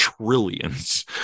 trillions